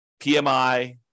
PMI